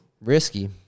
Risky